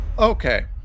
Okay